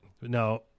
Now